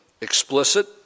explicit